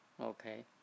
okay